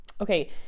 Okay